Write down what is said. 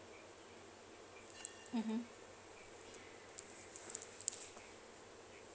mmhmm